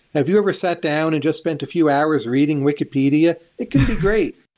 have you ever sat down and just spent a few hours reading wikipedia? it can be great.